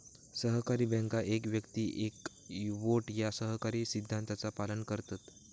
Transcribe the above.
सहकारी बँका एक व्यक्ती एक वोट या सहकारी सिद्धांताचा पालन करतत